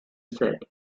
said